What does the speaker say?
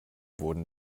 wurden